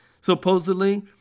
supposedly